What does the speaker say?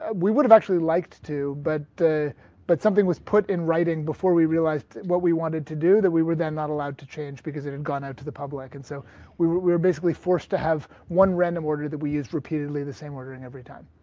and we would have actually liked to but but something was put in writing before we realized what we wanted to do that we were then not allowed to change because it had gone out to the public and so we were we were basically forced to have one random order that we used repeatedly the same ordering every time.